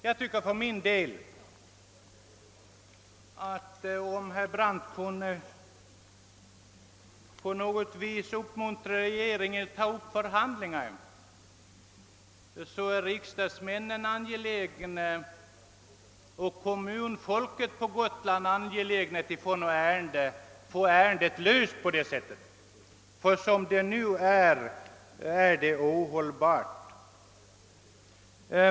Jag tror för min del att det vore bra om herr Brandt på något vis kunde uppmuntra regeringen att ta upp förhandlingar med bolaget, eftersom det är intressant såväl för riksdagsmännen som för kommunalmännen på Gotland. Nu är läget ohållbart.